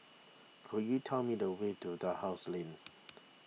could you tell me the way to Dalhousie Lane